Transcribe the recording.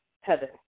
heaven